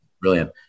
brilliant